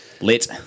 Lit